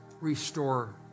restore